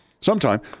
sometime